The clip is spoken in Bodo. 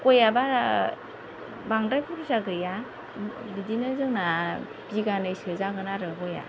गया बारा बांद्राय बुरजा गैया बिदिनो जोंना बिगानैसो जागोन आरो गया